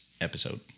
episode